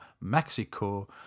Mexico